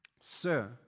Sir